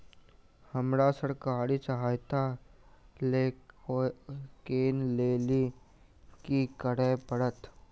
हमरा सरकारी सहायता लई केँ लेल की करऽ पड़त?